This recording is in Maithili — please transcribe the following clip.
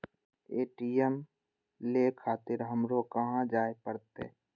ए.टी.एम ले खातिर हमरो कहाँ जाए परतें?